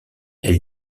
elle